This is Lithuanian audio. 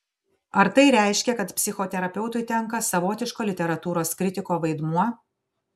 ar tai reiškia kad psichoterapeutui tenka savotiško literatūros kritiko vaidmuo